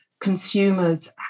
consumers